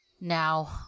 Now